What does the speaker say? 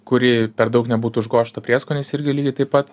kuri per daug nebūtų užgožta prieskoniais irgi lygiai taip pat